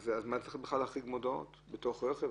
אז למה צריך להחריג מודעות בתוך רכב?